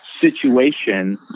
situation